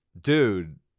dude